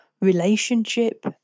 relationship